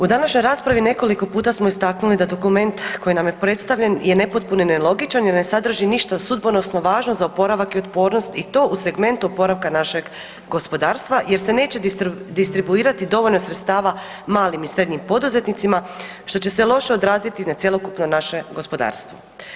U današnjoj raspravi nekoliko puta smo istaknuli da dokument koji nam je predstavljen je nepotpun i nelogičan i ne sadrži ništa sudbonosno važno za oporavak i otpornost i to u segmentu oporavka našeg gospodarstva jer se neće distribuirati dovoljno sredstava malim i srednjim poduzetnicima što će se loše odraziti na cjelokupno naše gospodarstvo.